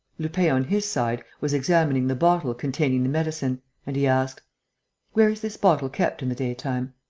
lupin, on his side, was examining the bottle containing the medicine and he asked where is this bottle kept in the daytime?